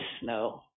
snow